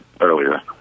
earlier